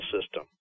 system